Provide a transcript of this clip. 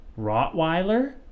Rottweiler